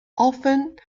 often